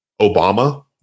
Obama